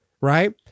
right